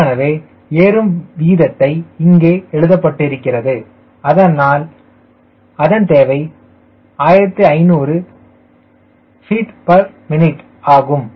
ஏற்கனவே ஏறும் வீதத்தை இங்கே எழுதப்பட்டிருக்கிறது அதன் தேவை 1500 ftmin ஆகும்